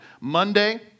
Monday